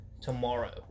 tomorrow